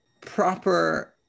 proper